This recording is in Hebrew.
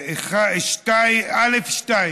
(א)(2)